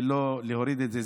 ולא להוריד את זה.